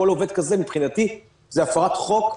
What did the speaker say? כל עובד כזה מבחינתי זו הפרת חוק,